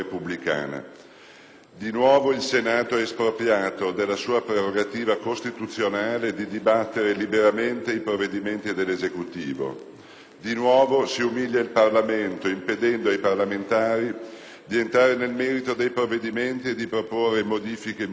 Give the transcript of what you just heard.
di nuovo il Senato è espropriato della sua prerogativa costituzionale di dibattere liberamente i provvedimenti dell'Esecutivo; di nuovo si umilia il Parlamento, impedendo ai parlamentari di entrare nel merito dei provvedimenti e di proporre modifiche migliorative.